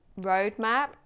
roadmap